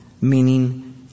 meaning